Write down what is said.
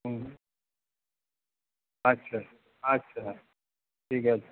হুম আচ্ছা আচ্ছা ঠিক আছে